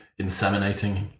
inseminating